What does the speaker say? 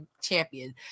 champion